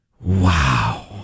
Wow